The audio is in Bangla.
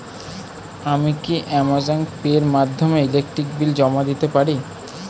আমি কি অ্যামাজন পে এর মাধ্যমে ইলেকট্রিক বিল জমা দিতে পারি?